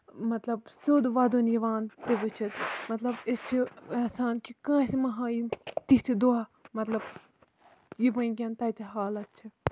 مطلب سیوٚد وَدُن یِوان تہِ وٕچھِتھ مطلب یہِ چھُ یَژھان کہِ کٲنسہِ مہ ہٲیِنۍ تِتھۍ دۄہ یہِ مطلب یہِ وٕنکین تَتہِ حالت چھِ